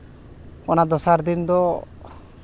ᱚᱱᱟ ᱫᱚᱥᱟᱨ ᱫᱤᱱ ᱫᱚ